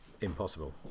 impossible